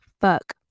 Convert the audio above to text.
fuck